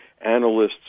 analysts